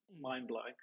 mind-blowing